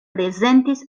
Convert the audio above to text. prezentis